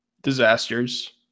Disasters